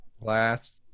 last